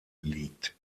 liegt